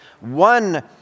one